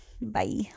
Bye